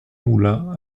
moulin